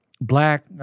black